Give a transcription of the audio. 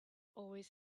always